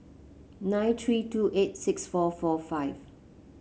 nine three two eight six four four five